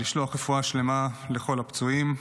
ולשלוח רפואה שלמה לכל הפצועים.